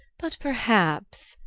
but perhaps,